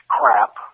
crap